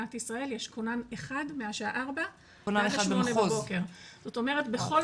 במדינת ישראל יש כונן אחד מהשעה 16:00 ועד ל-8:00 בבוקר זאת אומרת בכל